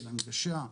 של הנגשה,